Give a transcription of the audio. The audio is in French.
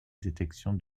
détection